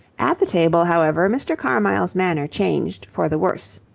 at the table, however, mr. carmyle's manner changed for the worse.